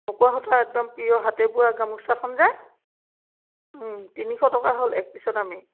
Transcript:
পকোৱা সূতা একদম পিয়ৰ হাতেবোৱা গামোচাখন যে তিনিশ টকা হ'ল এক পিছত আমি